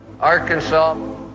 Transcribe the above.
Arkansas